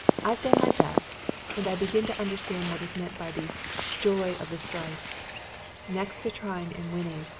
i've done my best and i begin to understand what is meant by the joy of the strife next to trying and winning,